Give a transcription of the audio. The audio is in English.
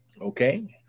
Okay